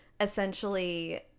essentially